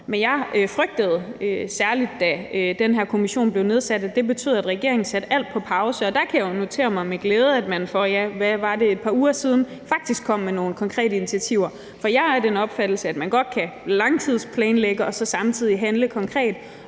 men jeg frygtede, særlig da den her kommission blev nedsat, at det betød, at regeringen satte alt på pause. Og der kan jeg jo notere mig med glæde, at man for – ja, hvad var det? – et par uger siden faktisk kom med nogle konkrete initiativer. Jeg er af den opfattelse, at man godt kan langtidsplanlægge og samtidig handle konkret,